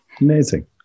Amazing